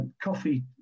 coffee